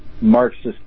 Marxist